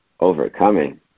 Overcoming